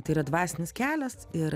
tai yra dvasinis kelias ir